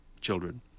children